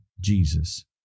Jesus